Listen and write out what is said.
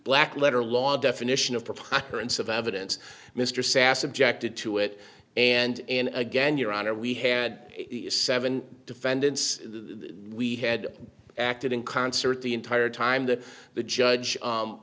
black letter law definition of preponderance of evidence mr sas objected to it and again your honor we had seven defendants we had acted in concert the entire time that the judge